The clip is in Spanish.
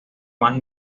más